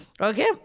Okay